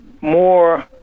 more